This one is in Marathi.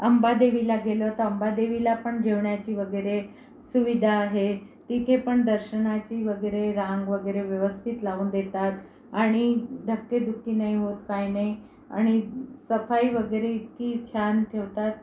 अंबादेवीला गेलो तर अंबादेवीला पण जेवणाची वगैरे सुविधा आहे तिथे पण दर्शनाची वगैरे रांग वगैरे व्यवस्थित लावून देतात आणि धक्केधुक्के नाही होत काही नाही आणि सफाई वगैरे इतकी छान ठेवतात